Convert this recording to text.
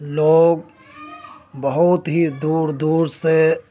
لوگ بہت ہی دور دور سے